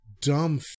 dumb